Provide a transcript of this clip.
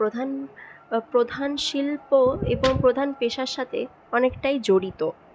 প্রধান প্রধান শিল্প এবং প্রধান পেশার সাথে অনেকটাই জড়িত